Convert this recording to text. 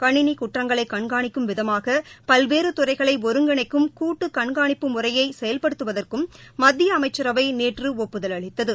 கணினி குற்றங்களை கண்காணிக்கும் விதமாக பல்வேறு துறைகளை ஒருங்கிணைக்கும் கூட்டு கண்காணிப்பு முறையை செயல்படுத்துவதற்கும் மத்திய அமைச்சரவை நேற்று ஒப்புதல் அளித்தது